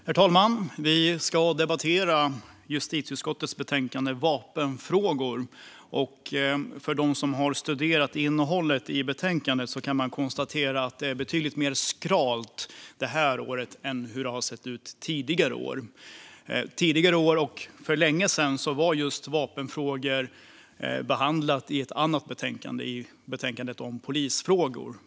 Herr talman! Vi ska debattera justitieutskottets betänkande Vapenfrågor . Den som har studerat innehållet i betänkandet kan konstatera att det är betydligt mer skralt det här året jämfört med hur det har sett ut tidigare år. För länge sedan behandlades vapenfrågor i ett annat betänkande, nämligen det om polisfrågor.